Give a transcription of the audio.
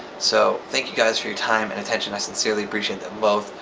so, thank you guys for your time and attention. i sincerely appreciate them both.